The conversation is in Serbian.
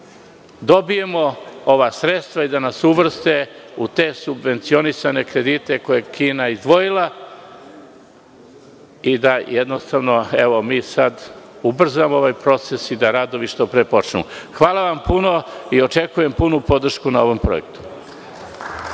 dobijemo ova sredstva i da nas uvrste u te subvencionisane kredite koje je Kina izdvojila i da sada ubrzamo ovaj proces i da radovi što pre počnu. Hvala vam puno i očekujem punu podršku na ovom projektu.